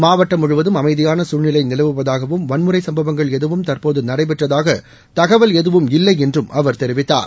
மாவட்டம் முழுவதும் அமைதியான சூழ்நிலை நிலவுவதாகவும் வன்முறை சம்பவங்கள் எதுவும் தற்போது நடைபெற்றதாக தகவல் எதவுமில்லை என்றும் அவர் தெரிவித்தார்